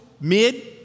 mid